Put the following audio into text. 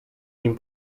nim